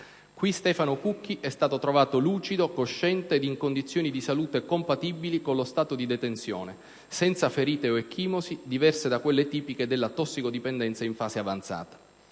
Qui Stefano Cucchi è stato trovato lucido, cosciente ed in condizioni di salute compatibili con lo stato di detenzione, senza ferite o ecchimosi diverse da quelle tipiche della tossicodipendenza in fase avanzata.